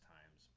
Times